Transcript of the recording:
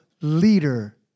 leader